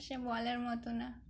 সে বলার মতো না